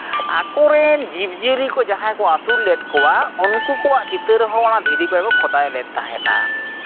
ᱟᱠᱚᱨᱮᱱ ᱡᱤᱵᱽᱼᱡᱤᱭᱟᱹᱞᱤ ᱠᱚ ᱡᱟᱦᱟᱸᱭ ᱠᱚ ᱟᱹᱥᱩᱞ ᱞᱮᱫ ᱠᱚᱣᱟ ᱩᱱᱠᱩ ᱠᱚᱣᱟᱜ ᱪᱤᱛᱟᱹᱨ ᱦᱚᱸ ᱫᱷᱤᱨᱤ ᱠᱚᱨᱮᱫ ᱠᱚ ᱠᱷᱚᱫᱟᱭ ᱞᱮᱫ ᱛᱟᱦᱮᱱᱟ